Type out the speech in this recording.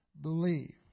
believe